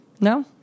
No